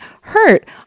hurt